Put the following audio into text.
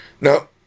Now